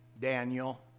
Daniel